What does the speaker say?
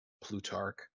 plutarch